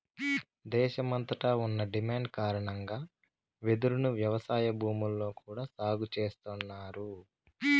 దేశమంతట ఉన్న డిమాండ్ కారణంగా వెదురును వ్యవసాయ భూముల్లో కూడా సాగు చేస్తన్నారు